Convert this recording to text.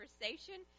conversation